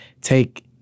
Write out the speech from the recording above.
take